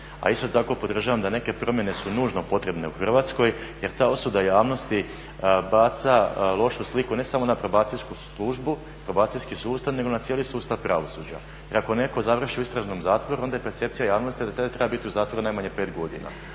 a isto tako podržavam da neke promjene su nužno potrebne u Hrvatskoj. Jer ta osuda javnosti baca lošu sliku ne samo na probacijsku službu, probacijski sustav, nego na cijeli sustav pravosuđa. I ako netko završi u istražnom zatvoru onda je percepcija javnosti da taj treba biti u zatvoru najmanje 5 godina.